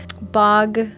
Bog